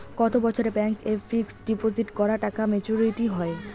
কত বছরে ব্যাংক এ ফিক্সড ডিপোজিট করা টাকা মেচুউরিটি হয়?